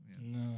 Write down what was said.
No